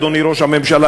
אדוני ראש הממשלה,